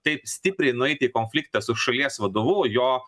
taip stipriai nueiti į konfliktą su šalies vadovu jo